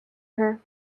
her